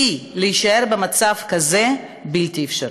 כי להישאר במצב כזה זה בלתי אפשרי.